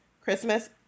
Christmas